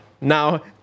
Now